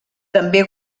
també